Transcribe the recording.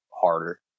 harder